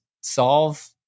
solve